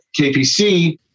KPC